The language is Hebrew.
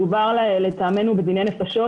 מדובר בדיני נפשות,